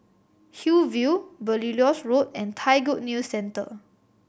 Hillview Belilios Road and Thai Good News Centre